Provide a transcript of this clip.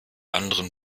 anderen